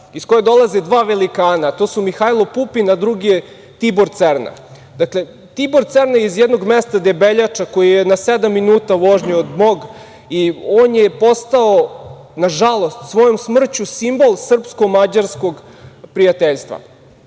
iz koje dolaze dva velikana, a to su Mihajlo Pupin, a drugi je Tibor Cerna. Tibor Cerna je iz jednog mesta Debeljača, koje je na sedam minuta vožnje od mog, i on je postao, nažalost, svojom smrću simbol srpsko-mađarskog prijateljstva.